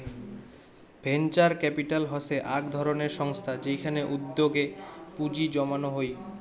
venture capital হসে আক ধরণের সংস্থা যেইখানে উদ্যোগে পুঁজি জমানো হই